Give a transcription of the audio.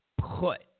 put